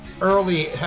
early